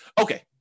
Okay